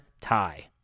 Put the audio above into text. tie